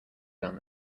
done